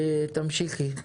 תמשיכי.